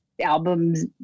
album's